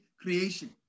creation